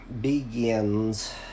begins